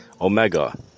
omega